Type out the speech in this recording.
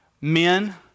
Men